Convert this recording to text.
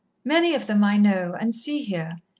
many of them i know, and see here,